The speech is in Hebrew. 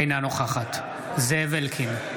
אינה נוכחת זאב אלקין,